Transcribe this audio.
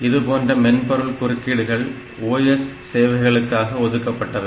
இதுபோன்ற மென்பொருள் குறுக்கீடுகள் OS சேவைகளுக்காக ஒதுக்கப்பட்டவை